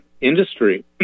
industry